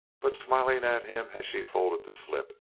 but smiling at him as she folded the slip.